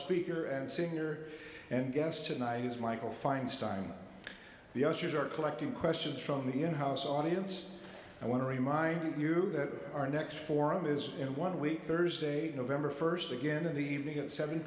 speaker and singer and guest tonight is michael feinstein the ushers are collecting questions from the in house audience i want to remind you that our next forum is in one week thursday november first again in the evening at seven